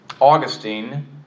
Augustine